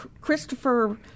Christopher